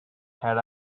had